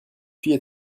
fille